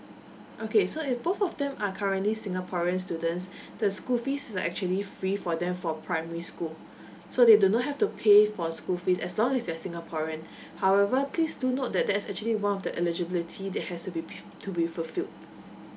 okay so if both of them are currently singaporean students the school fees are actually free for them for primary school so they do not have to pay for school fees as long as they're singaporean however please do note that that's actually one of the eligibility that has to be p~ to be fulfilled